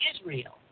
Israel